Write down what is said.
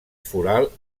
foral